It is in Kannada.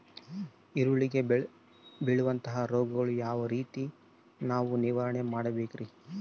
ಈರುಳ್ಳಿಗೆ ಬೇಳುವಂತಹ ರೋಗಗಳನ್ನು ಯಾವ ರೇತಿ ನಾವು ನಿವಾರಣೆ ಮಾಡಬೇಕ್ರಿ?